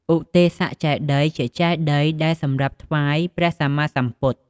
ឧទ្ទេសកចេតិយ ជាចេតិយដែលសម្រាប់ថ្វាយព្រះសម្មាសម្ពុទ្ធ។